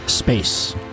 Space